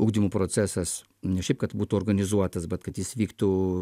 ugdymo procesas ne šiaip kad būtų organizuotas bet kad jis vyktų